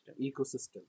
Ecosystem